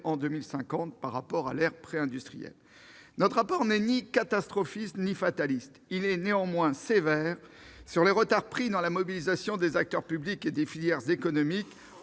en 2050 par rapport à l'ère préindustrielle. Notre rapport n'est ni catastrophiste ni fataliste ; il est néanmoins sévère sur les retards pris dans la mobilisation des acteurs publics et des filières économiques,